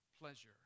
pleasure